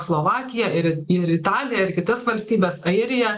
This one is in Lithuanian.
slovakija ir ir italija ir kitas valstybes airija